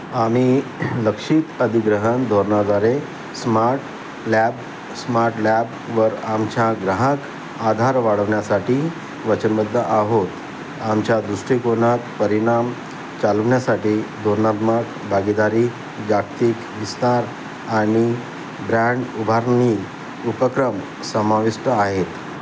आम्ही लक्षित अधिग्रहण धोरणाद्वारे स्मार्ट लॅब स्मार्ट लॅबवर आमच्या ग्राहक आधार वाढवण्यासाठी वचनबद्ध आहोत आमच्या दृष्टिकोनात परिणाम चालवण्यासाठी धोरणात्मक भागीदारी जागतिक विस्तार आणि ब्रँड उभारणी उपक्रम समाविष्ट आहेत